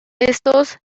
estos